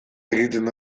egiten